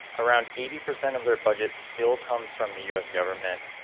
around eighty percent of their budget still comes from the us government,